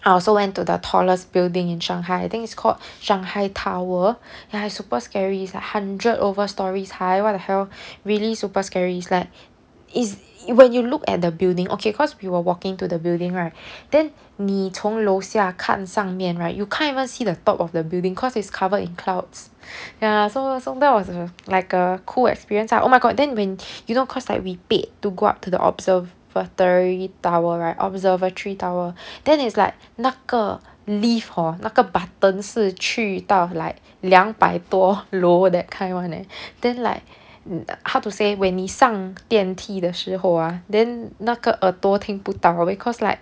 I also went to the tallest building in shanghai think it's called shanghai tower ya it's super scary it's a hundred over stories high what the hell really super scary it's like it's when you look at the building okay cause we were walking to the building right then 你从楼下看上面 right you can't even see the the top of the building cause it's covered in clouds ya so that was a like a cool experience ah oh my god then when you know cause like we paid to go up to the observatory tower right observatory tower then it's like 那个 lift hor 那个 button 是去到 like 两百多楼 that kind [one] leh then like how to say when 你上电梯的时候 ah then 那个耳朵听不到 because like